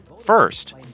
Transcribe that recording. First